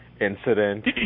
incident